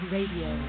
Radio